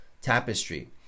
Tapestry